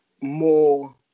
more